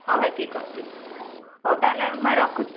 ହଁ ଭାଇ ଠିକ୍ ଅଛି ହଉ ତା'ହେଲେ ଭାଇ ରଖୁଛି